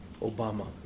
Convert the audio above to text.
Obama